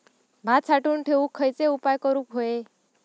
भात साठवून ठेवूक खयचे उपाय करूक व्हये?